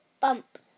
bump